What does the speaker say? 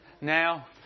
now